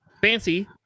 fancy